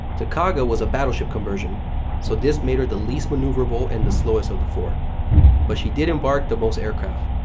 the kaga was a battleship conversion so this made her the least maneuverable and the slowest of the four but she did embark embark the most aircraft.